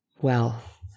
wealth